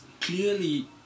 clearly